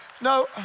no